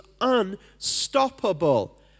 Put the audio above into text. unstoppable